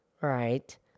right